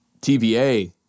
TVA